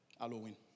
Halloween